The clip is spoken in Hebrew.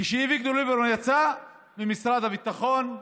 כשאביגדור ליברמן יצא ממשרד הביטחון,